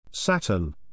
Saturn